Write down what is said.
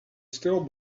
still